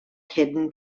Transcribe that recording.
hidden